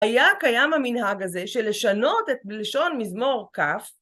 היה קיים המנהג הזה של לשנות את לשון מזמור כ'...